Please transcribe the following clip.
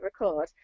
record